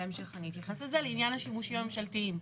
בהמשך אני אתייחס לזה לעניין השימושים הממשלתיים,